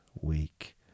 week